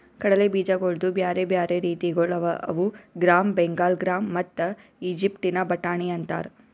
ಕಡಲೆ ಬೀಜಗೊಳ್ದು ಬ್ಯಾರೆ ಬ್ಯಾರೆ ರೀತಿಗೊಳ್ ಅವಾ ಅವು ಗ್ರಾಮ್, ಬೆಂಗಾಲ್ ಗ್ರಾಮ್ ಮತ್ತ ಈಜಿಪ್ಟಿನ ಬಟಾಣಿ ಅಂತಾರ್